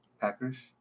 Packers